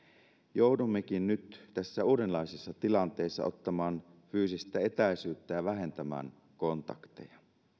joudummekin nyt tässä uudenlaisessa tilanteessa ottamaan fyysistä etäisyyttä ja vähentämään kontakteja